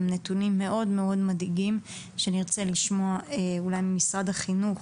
נתונים מאוד מאוד מדאיגים שנרצה לשמוע אולי ממשרד החינוך.